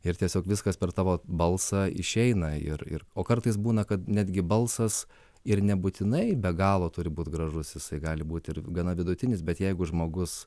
ir tiesiog viskas per tavo balsą išeina ir ir o kartais būna kad netgi balsas ir nebūtinai be galo turi būt gražus jisai gali būt ir gana vidutinis bet jeigu žmogus